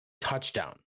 touchdown